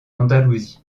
andalousie